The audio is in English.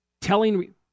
telling